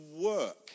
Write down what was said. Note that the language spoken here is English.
work